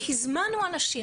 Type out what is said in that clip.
והזמנו אנשים,